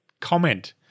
comment